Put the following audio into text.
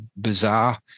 bizarre